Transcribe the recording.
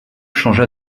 changea